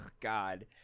god